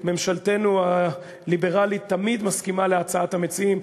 ממשלתנו הליברלית תמיד מסכימה להצעת המציעים,